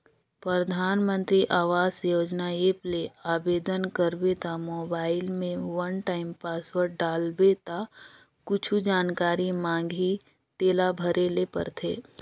परधानमंतरी आवास योजना ऐप ले आबेदन करबे त मोबईल में वन टाइम पासवर्ड डालबे ता कुछु जानकारी मांगही तेला भरे ले परथे